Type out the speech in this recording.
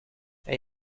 hij